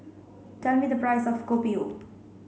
tell me the price of Kopi O